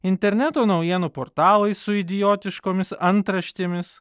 interneto naujienų portalai su idiotiškomis antraštėmis